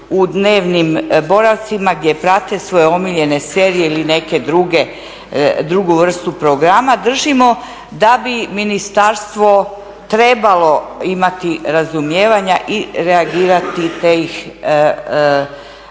u dnevnim boravcima gdje prate svoje omiljene serije ili neke druge, drugu vrstu programa držimo da bi ministarstvo trebalo imati razumijevanja i reagirati te i oslobodilo